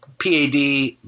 PAD